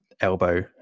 elbow